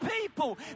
people